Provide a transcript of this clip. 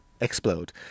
explode